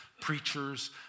preachers